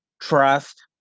Trust